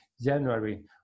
january